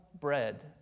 bread